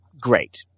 great